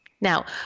Now